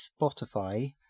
Spotify